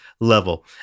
level